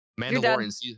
Mandalorian